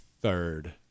third